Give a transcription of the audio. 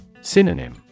Synonym